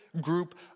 group